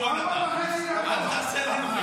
כל משפחה מאיתנו תרגיש את זה,